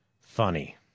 Funny